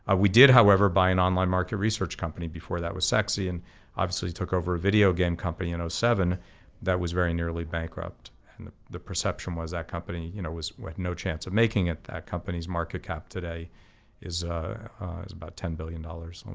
ah we did however, by an online market research company before that was sexy, and obviously took over a video game company in you know seven that was very nearly bankrupt. and the the perception was that company you know was at no chance of making it. that companies market cap today is about ten billion dollars.